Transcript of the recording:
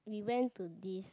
we went to this